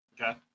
Okay